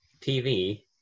TV